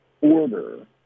order